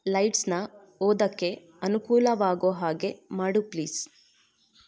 ಲೈಟ್ಸನ್ನ ಓದಕ್ಕೆ ಅನುಕೂಲವಾಗೋ ಹಾಗೆ ಮಾಡು ಪ್ಲೀಸ್